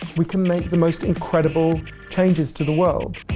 we can make the most incredible changes to the world.